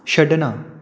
ਛੱਡਣਾ